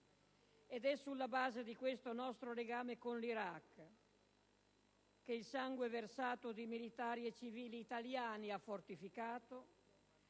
Ed è sulla base di questo nostro legame con l'Iraq che il sangue versato dai militari e civili italiani ha fortificato,